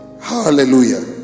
Hallelujah